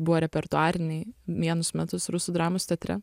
buvo repertuariniai vienus metus rusų dramos teatre